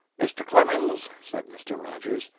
mr. clemens, said mr. rogers,